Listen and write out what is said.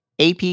AP